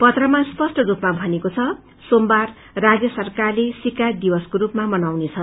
पत्रमा स्पष्ट रूपमा भनिएको छ सोमबार राज्य सरकार शिकायत दिवसको रूपमा मनाउने छ